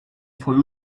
for